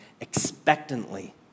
expectantly